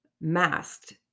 masked